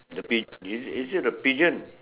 the pig is it is it a pigeon